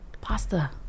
pasta